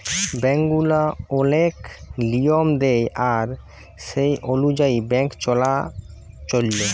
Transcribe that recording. bank গুলা ওলেক লিয়ম দেয় আর সে অলুযায়ী ব্যাংক গুলা চল্যে